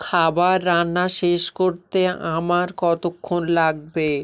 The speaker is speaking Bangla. খাবার রান্না শেষ করতে আমার কতক্ষণ লাগবে